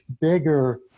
bigger